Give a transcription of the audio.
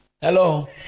hello